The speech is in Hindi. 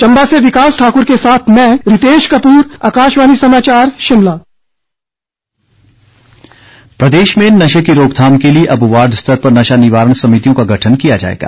चंबा से विकास ठाकुर के साथ मैं रितेश कपूर आकाशवाणी शिमला मरडी प्रदेश में नशे की रोकथाम के लिए अब वॉर्ड स्तर पर नशा निवारण समितियों का गठन किया जाएगा